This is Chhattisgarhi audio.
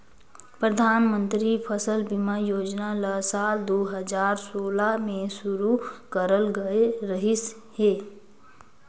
परधानमंतरी फसल बीमा योजना ल साल दू हजार सोला में शुरू करल गये रहीस हे